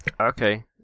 Okay